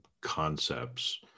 concepts